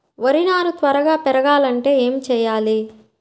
వరి నారు త్వరగా పెరగాలంటే ఏమి చెయ్యాలి?